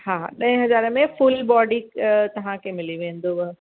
हा ॾह हज़ारे में फ़ुल बॉडी तव्हां खे मिली वेंदव